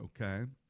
okay